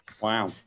Wow